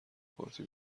پارتی